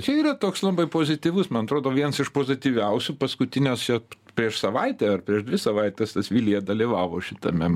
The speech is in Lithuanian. čia yra toks labai pozityvus man atrodo vienas iš pozityviausių paskutiniuose prieš savaitę ar prieš dvi savaites nes vilija dalyvavo šitame